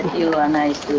you are nice